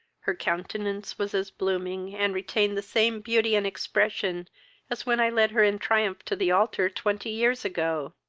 her countenance was as blooming, and retained the same beauty and expression as when i led her in triumph to the altar twenty years ago.